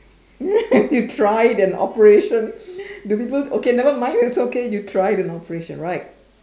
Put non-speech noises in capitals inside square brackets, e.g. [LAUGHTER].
[LAUGHS] you tried an operation do people okay nevermind it's okay you tried an operation right